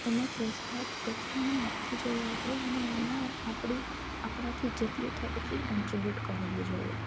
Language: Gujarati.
એમાં પ્રોત્સાહન આપવું જોઈએ આપણું અને એમાં આપળી આપણાથી જેટલું થાય એટલું કોનટ્રીબ્યુટ કરવું જોઈએ